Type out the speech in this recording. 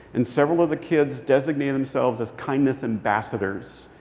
and several of the kids designated themselves as kindness ambassadors.